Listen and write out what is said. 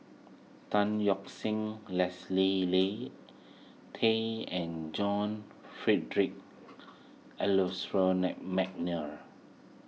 Tan Yeok Leslie Li Tay and John Frederick Adolphus McNair